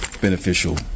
beneficial